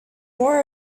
more